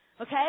Okay